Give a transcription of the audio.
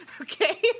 Okay